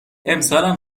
امسالم